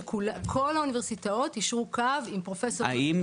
שכל האוניברסיטאות אישור קו עם פרופסור- - האם